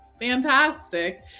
fantastic